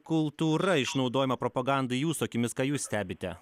kultūra išnaudojama propagandai jūsų akimis ką jūs stebite